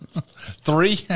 three